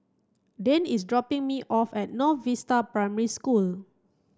Dane is dropping me off at North Vista Primary School